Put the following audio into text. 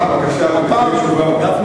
השר, בבקשה.